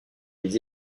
des